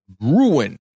ruin